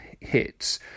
hits